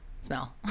smell